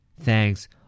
Thanks